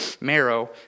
marrow